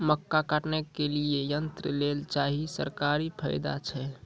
मक्का काटने के लिए यंत्र लेल चाहिए सरकारी फायदा छ?